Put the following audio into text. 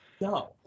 No